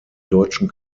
deutschen